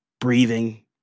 breathing